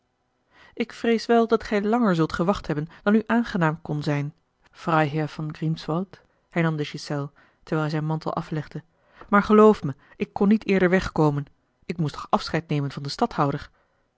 ik vrees wel dat gij langer zult gewacht hebben dan u aangenaam kon zijn freiherr von grimswald hernam de ghiselles terwijl hij zijn mantel aflegde maar geloof me ik kon niet eerder weg komen ik moest toch afscheid nemen van den